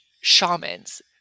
shamans